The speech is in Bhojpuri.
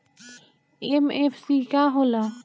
एम.एफ.सी का होला?